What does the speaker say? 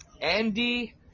Andy